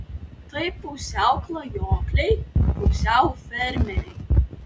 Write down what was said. tai pusiau klajokliai pusiau fermeriai